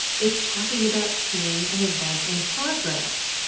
it's talking about seeing an event in progress,